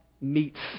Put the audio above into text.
meets